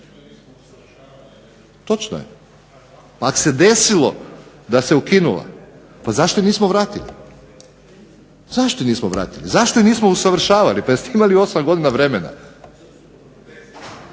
točno je. Ako se desilo da se ukinula pa zašto je nismo vratili? Zašto je nismo vratili, zašto je nismo usavršavali, pa jeste imali osam godina vremena.